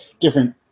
different